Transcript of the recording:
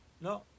no